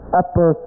upper